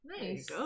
Nice